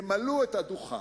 ימלאו את הדוכן,